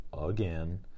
again